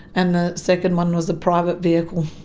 and the second one was a private vehicle.